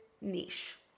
niche